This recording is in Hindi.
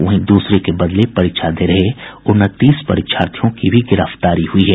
वहीं दूसरे के बदले परीक्षा दे रहे उनतीस परीक्षार्थियों की भी गिरफ्तारी हुई है